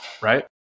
right